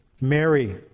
Mary